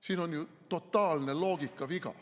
Siin on ju totaalne loogikaviga,